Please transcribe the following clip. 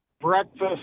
breakfast